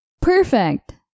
Perfect